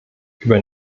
über